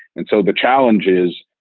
and so the challenge is,